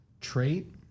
Trait